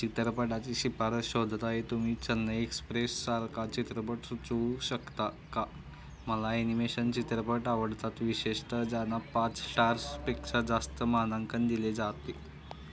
चित्रपटाची शिफारस शोधता आहे तुम्ही चेन्नई एक्सप्रेस सारखा चित्रपट सुचवू शकता का मला ॲनिमेशन चित्रपट आवडतात विशेषत ज्यांना पाच स्टार्सपेक्षा जास्त मानांकन दिले जाते